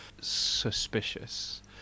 suspicious